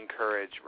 encourage